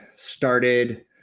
started